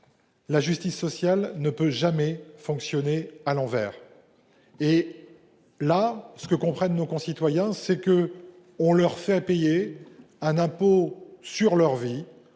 La justice sociale ne peut jamais fonctionner à l'envers. Nos concitoyens comprennent parfaitement qu'on leur fait payer un impôt sur leur vie,